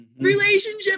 relationship